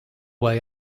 way